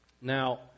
Now